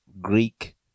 greek